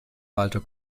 walter